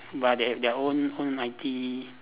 but they have their own own I_T